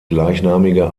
gleichnamige